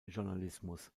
journalismus